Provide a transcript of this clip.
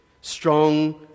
Strong